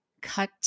cut